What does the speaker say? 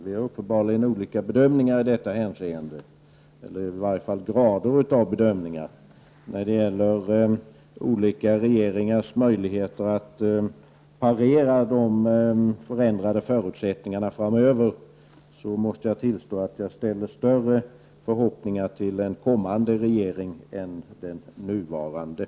Vi gör uppenbarligen olika bedömningar i detta hänseende, eller i varje fall olika bedömning beträffande graden. När det gäller olika regeringars möjligheter att parera de förändrade förutsättningarna framöver, måste jag tillstå att jag sätter större förhoppningar till en kommande regering än till den nuvarande.